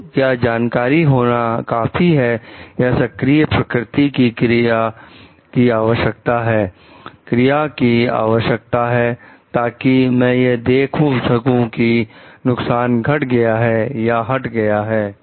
तो क्या जानकारी होना काफी है या सक्रिय प्रकृति की क्रिया की आवश्यकता है क्रिया की आवश्यकता है ताकि मैं यह देख सकूं कि नुकसान घट गया है या हट गया है